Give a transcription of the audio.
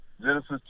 Genesis